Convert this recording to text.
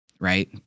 right